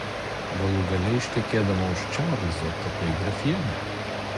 galų gale ištekėdama už čarlzo tapai grafiene